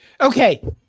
Okay